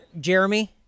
jeremy